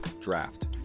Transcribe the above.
Draft